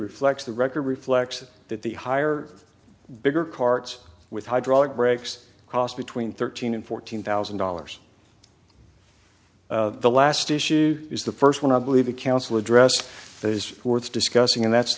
reflects the record reflects that the higher bigger carts with hydraulic brakes cost between thirteen and fourteen thousand dollars the last issue is the first one i believe the council address is worth discussing and that's